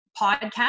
podcast